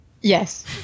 Yes